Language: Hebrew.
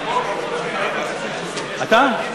אתה?